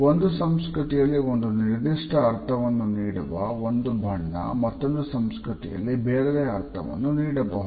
ಒಂದು ಸಂಸ್ಕೃತಿಯಲ್ಲಿ ಒಂದು ನಿರ್ದಿಷ್ಟ ಅರ್ಥವನ್ನು ನೀಡುವ ಒಂದು ಬಣ್ಣ ಮತ್ತೊಂದು ಸಂಸ್ಕೃತಿಯಲ್ಲಿ ಬೇರೆಯದೇ ಅರ್ಥವನ್ನು ನೀಡಬಹುದು